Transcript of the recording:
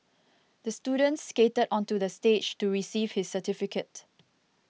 the student skated onto the stage to receive his certificate